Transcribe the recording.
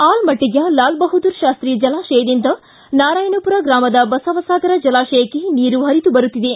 ಆಲಮಟ್ನಿಯ ಲಾಲ್ಬಹಾದ್ಗೂರ್ ಶಾಸ್ತಿ ಜಲಾಶಯದಿಂದ ನಾರಾಯಣಪುರ ಗ್ರಾಮದ ಬಸವಸಾಗರ ಜಲಾಶಯಕ್ಕೆ ನೀರು ಪರಿದು ಬರುತ್ತಿದೆ